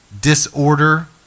disorder